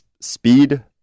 speed